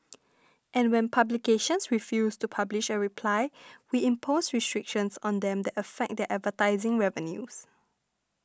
and when publications refuse to publish a reply we impose restrictions on them that affect their advertising revenues